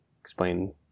explain